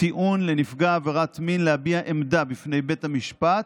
טיעון לנפגע עבירת מין להביע עמדה בפני בית המשפט,